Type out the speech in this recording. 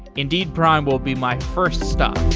indeed prime will be my first stop